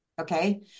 Okay